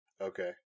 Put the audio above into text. Okay